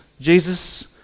Jesus